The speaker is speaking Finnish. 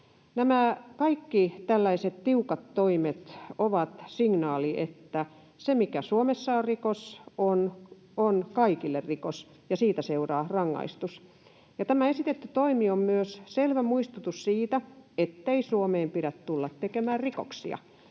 tällaiset tiukat toimet ovat signaali siitä, että se, mikä Suomessa on rikos, on kaikille rikos ja siitä seuraa rangaistus. Ja tämä esitetty toimi on myös selvä muistutus siitä, ettei Suomeen pidä tulla tekemään rikoksia,